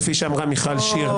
כפי שאמרה מיכל שיר.